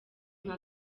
nka